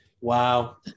Wow